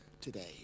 today